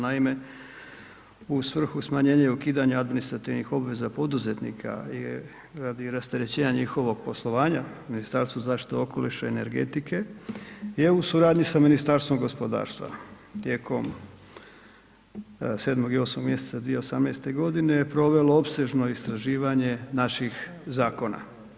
Naime, u svrhu smanjenja i ukidanja administrativnih obveza poduzetnika je, radi rasterećenja njihovog poslovanja, Ministarstvu zaštite okoliša i energetike je u suradnji sa Ministarstvom gospodarstva tijekom 7. i 8. mjeseca 2018.g. je provelo opsežno istraživanje naših zakona.